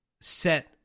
set